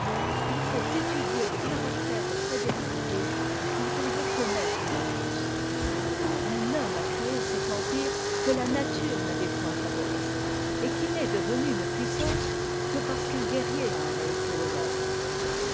il faut étudier le caractère de frédéric h quand on veut connaître la prusse un homme a créé cet empire que la nature n'avait point favorisé et qui n'est devenu une puissance que parce qu'un guerrier en a été le maître